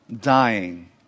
dying